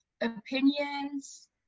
opinions